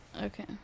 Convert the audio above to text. Okay